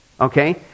okay